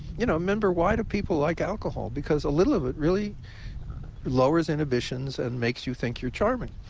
you know remember, why do people like alcohol? because a little of it really lowers inhibitions and makes you think you're charming.